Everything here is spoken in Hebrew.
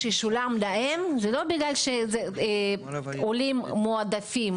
לא להיות לחוצים על השקל כדי ללמוד באולפן